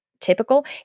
typical